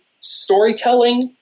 storytelling